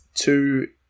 two